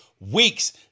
Weeks